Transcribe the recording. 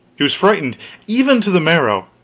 he was frighted even to the marrow,